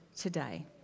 today